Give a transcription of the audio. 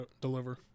deliver